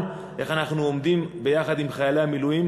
איך אנחנו עומדים ביחד עם חיילי המילואים,